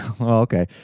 Okay